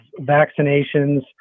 vaccinations